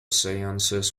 seances